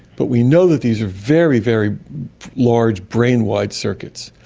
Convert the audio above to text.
but we know that these are very, very large brain-wide circuits,